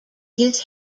his